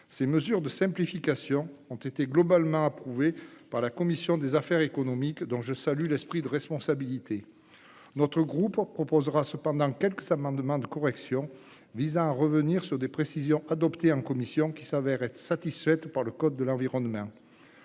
Ces mesures de simplification ont globalement été approuvées par la commission des affaires économiques, dont je salue l'esprit de responsabilité. Notre groupe proposera cependant quelques amendements de correction, visant à revenir sur des précisions qui ont été adoptées en commission et qui sont satisfaites par le code de l'environnement.